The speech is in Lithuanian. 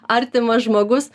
artimas žmogus